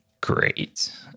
great